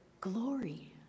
glory